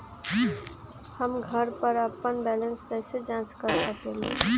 हम घर पर अपन बैलेंस कैसे जाँच कर सकेली?